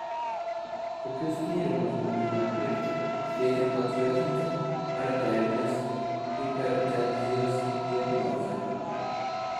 kokius tyrimus būtina atlikti siekiant patvirtinti arterinės hipertenzijos diagnozę